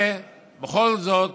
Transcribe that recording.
ובכל זאת